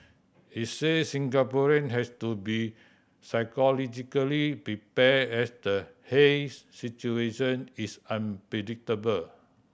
he said Singaporean has to be psychologically prepared as the haze situation is unpredictable